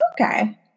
Okay